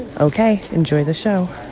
ok. enjoy the show